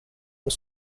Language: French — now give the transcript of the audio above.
ont